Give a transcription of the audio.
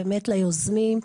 ליוזמים.